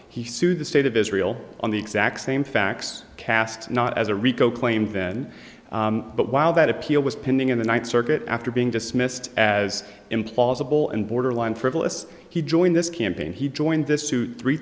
he sued the state of israel on the exact same facts casts not as a rico claim then but while that appeal was pending in the ninth circuit after being dismissed as implausible and borderline frivolous he joined this campaign he joined this suit three